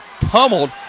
pummeled